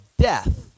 death